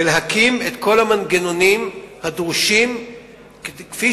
ולהקים את כל המנגנונים הדרושים כפי